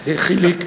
חיליק,